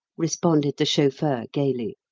responded the chauffeur gaily.